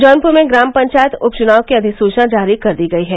जौनपुर में ग्राम पंचायत उपचुनाव की अधिसुवना जारी कर दी गई है